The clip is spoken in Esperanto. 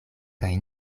kaj